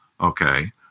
Okay